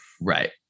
Right